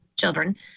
children